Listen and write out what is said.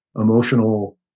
emotional